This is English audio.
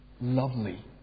lovely